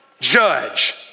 judge